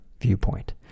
viewpoint